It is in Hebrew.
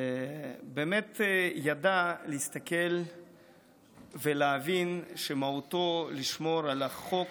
באמת ידע להסתכל ולהבין שמהותו לשמור על החוק